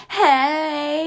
hey